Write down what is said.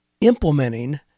implementing